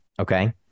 Okay